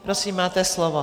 Prosím, máte slovo.